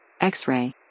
X-Ray